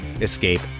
escape